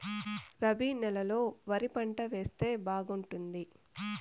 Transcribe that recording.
రబి నెలలో ఏ వరి పంట వేస్తే బాగుంటుంది